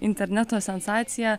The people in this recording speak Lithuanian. interneto sensacija